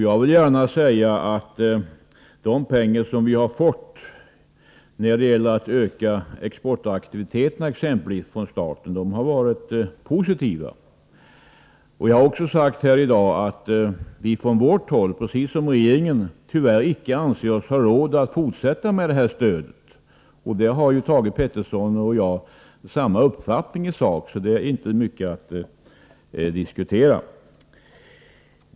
Jag vill gärna säga att de pengar som vi fått från staten bl.a. för att öka exportaktiviteten har varit positiva. Jag har också här i dag sagt att vi på vårt håll, precis som regeringen, tyvärr inte anser oss ha råd att fortsätta med det här stödet. Där har Thage Peterson och jag i sak samma uppfattning, varför det inte är mycket att diskutera.